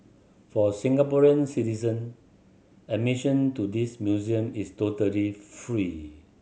for Singaporean citizen admission to this museum is totally free